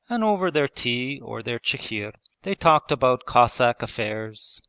and over their tea or their chikhir they talked about cossack affairs,